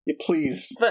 Please